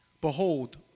behold